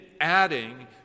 adding